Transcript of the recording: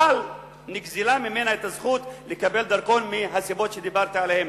נגזלה מהם הזכות לקבל דרכון מהסיבות שדיברתי עליהן.